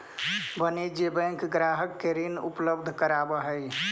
वाणिज्यिक बैंक ग्राहक के ऋण उपलब्ध करावऽ हइ